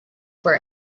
for